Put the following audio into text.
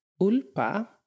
Ulpa